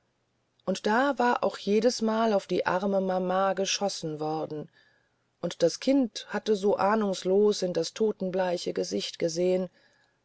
und da war auch jedesmal auf die arme mama geschossen worden und das kind hatte so ahnungslos in das totenbleiche gesicht gesehen